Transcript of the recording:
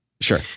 Sure